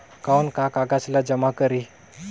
कौन का कागज ला जमा करी?